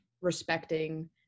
respecting